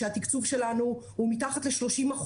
שהתקצוב שלנו הוא מתחת ל-30%,